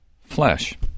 flesh